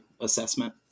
assessment